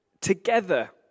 together